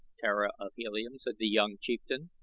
tara of helium, said the young chieftain.